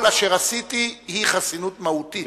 כל אשר עשיתי, היא חסינות מהותית,